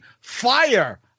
fire